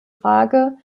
frage